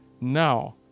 now